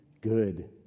good